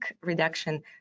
reduction